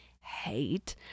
hate